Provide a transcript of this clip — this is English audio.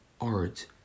art